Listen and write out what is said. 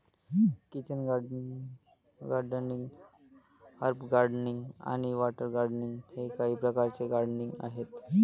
kitchen gardening, herb gardening आणि water gardening हे काही प्रकारचे गार्डनिंग आहेत